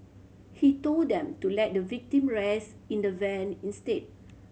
he told them to let the victim rest in the van instead